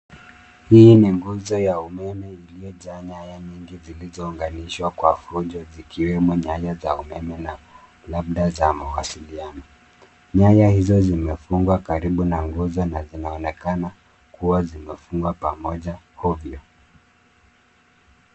Hii ni nguzo ya umeme iliyojaa nyaya nyingi zilizounganishwa kwa fujo zikiwemo nyaya za umeme na labda za mawasiliano. Nyaya hizo zimefungwa karibu na nguzo na zinaonekana kuwa zimefungwa pamoja ovyo.